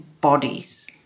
bodies